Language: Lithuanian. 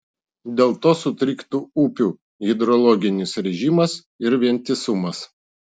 dėl to sutriktų upių hidrologinis režimas ir vientisumas